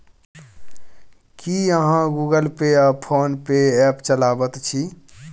की अहाँ गुगल पे आ फोन पे ऐप चलाबैत छी?